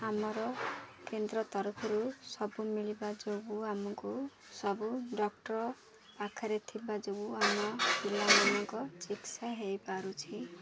ଆମର କେନ୍ଦ୍ର ତରଫରୁ ସବୁ ମିଳିବା ଯୋଗୁଁ ଆମକୁ ସବୁ ଡକ୍ଟର୍ ପାଖରେ ଥିବା ଯୋଗୁଁ ଆମ ପିଲାମାନଙ୍କ ଚିକିତ୍ସା ହୋଇପାରୁଛି